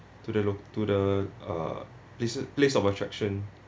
to the to the uh uh places place of attraction